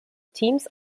teams